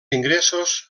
ingressos